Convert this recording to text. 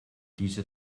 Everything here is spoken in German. diese